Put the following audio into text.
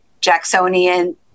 Jacksonian